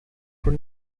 were